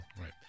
Right